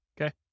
okay